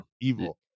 Evil